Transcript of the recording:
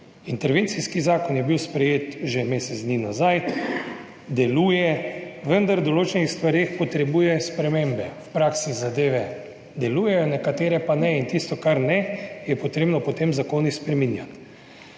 Intervencijski zakon je bil sprejet že mesec dni nazaj, deluje, vendar v določenih stvareh potrebuje spremembe. V praksi zadeve delujejo, nekatere pa ne. In tisto kar ne, je potrebno potem z zakoni spreminjati.